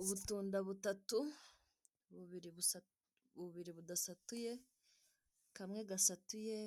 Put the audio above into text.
Ubutunda butatu bubiri budasatuye kamwe gasatuye